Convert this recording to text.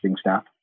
staff